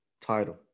title